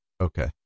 Okay